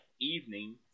evening